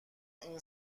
این